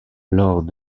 lors